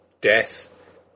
death